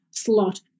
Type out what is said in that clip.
slot